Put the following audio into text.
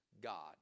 God